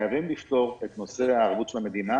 חייבים לפתור את נושא הערבות של המדינה,